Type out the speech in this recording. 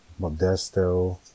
Modesto